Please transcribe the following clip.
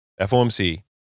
FOMC